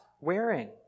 wearing